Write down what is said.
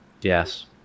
yes